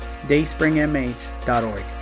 dayspringmh.org